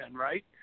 right